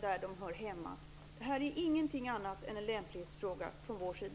där de hör hemma. Detta är ingenting annat än en lämplighetsfråga från vår sida.